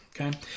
Okay